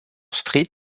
street